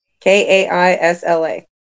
K-A-I-S-L-A